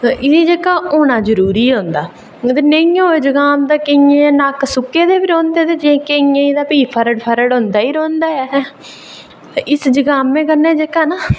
ते इ'नें गी जेह्का होना जरूरी होंदा ते नेईं होऐ जुकाम तां केइयें दे नक्क सुक्के दे बी रौंह्दे ते केइयें गी ते भी तां सरड़ सरड़ होंदा गै रौंह्दा ऐ ते इस जुकामें कन्नै जेह्का ना